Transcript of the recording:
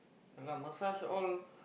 ya lah massage all